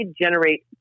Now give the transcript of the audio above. generate